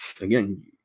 again